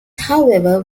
however